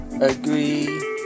agree